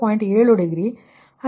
2 degree